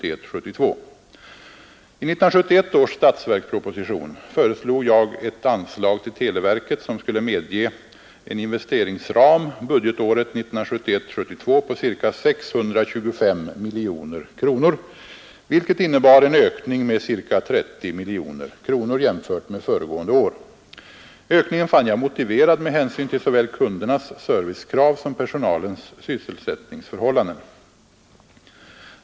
I 1971 års statsverksproposition föreslog jag ett anslag till televerket, som skulle medge en investeringsram budgetåret 1971/72 på ca 625 miljoner kronor, vilket innebar en ökning med ca 30 miljoner kronor jämfört med föregående år. Ökningen fann jag motiverad med hänsyn till såväl kundernas servicekrav som personalens sysselsättningsförhållanden.